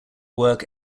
work